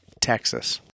Texas